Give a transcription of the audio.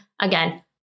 again